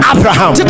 Abraham